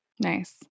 Nice